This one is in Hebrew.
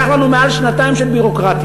לקח לנו יותר משנתיים של ביורוקרטיה,